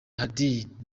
hadid